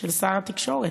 של שר התקשורת.